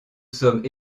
sommes